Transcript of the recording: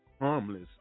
harmless